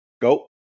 go